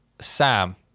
Sam